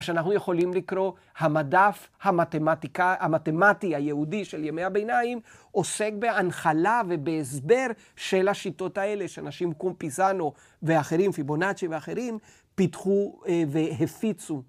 שאנחנו יכולים לקרוא, המדף המתמטי היהודי של ימי הביניים, עוסק בהנחלה ובהסבר של השיטות האלה, שאנשים כמו פיזאנו ואחרים, פיבונצ'י ואחרים, פיתחו והפיצו.